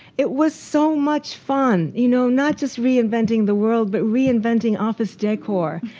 it was so much fun. you know not just reinventing the world, but reinventing office decor.